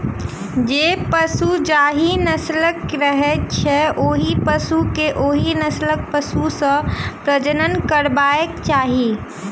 जे पशु जाहि नस्लक रहैत छै, ओहि पशु के ओहि नस्लक पशु सॅ प्रजनन करयबाक चाही